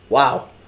Wow